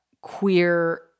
queer